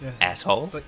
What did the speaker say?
Asshole